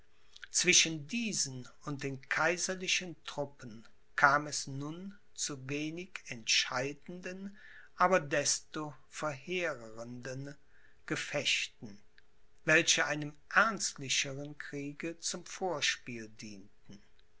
zwischen diesen und den kaiserlichen truppen kam es nun zu wenig entscheidenden aber desto verheerendern gefechten welche einem ernstlichern kriege zum vorspiele dienten